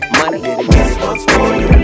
money